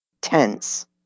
tense